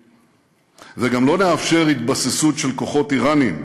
וגם לא נאפשר התבססות של כוחות איראניים